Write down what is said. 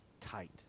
tight